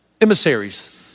emissaries